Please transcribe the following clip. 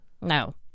No